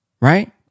Right